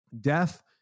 Death